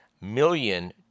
million